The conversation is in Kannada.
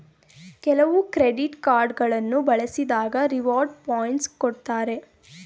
ಕೆಲವು ಕ್ರೆಡಿಟ್ ಕಾರ್ಡ್ ಗಳನ್ನು ಬಳಸಿದಾಗ ರಿವಾರ್ಡ್ ಪಾಯಿಂಟ್ಸ್ ಕೊಡ್ತಾರೆ